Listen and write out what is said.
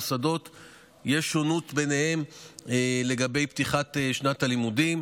יש שונות בין המוסדות לגבי פתיחת שנת הלימודים.